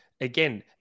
again